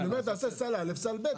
אני אומר, תעשה סל א', סל ב'.